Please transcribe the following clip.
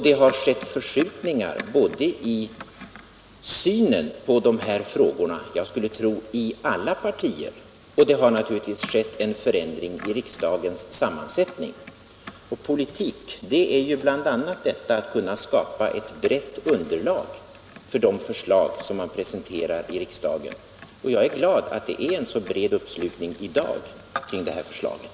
Det har skett förskjutningar i synen på de här frågorna, och det har skett en förändring i riksdagens sammansättning. Politik innebär ju bl.a. att söka skapa ett brett underlag för de förslag som presenteras i riksdagen, och jag är glad över att det i dag är en så bred uppslutning kring det nu aktuella förslaget.